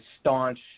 staunch